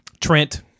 Trent